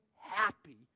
happy